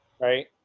right